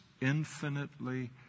infinitely